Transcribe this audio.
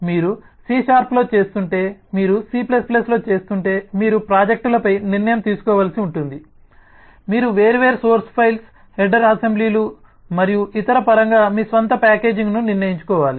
మీరు సి షార్ప్లో చేస్తుంటే మీరు సి లో చేస్తుంటే మీరు ప్రాజెక్టులపై నిర్ణయం తీసుకోవలసి ఉంటుంది మీరు వేర్వేరు సోర్స్ ఫైల్స్ హెడర్ అసెంబ్లీలు మరియు ఇతర పరంగా మీ స్వంత ప్యాకేజింగ్ను నిర్ణయించుకోవాలి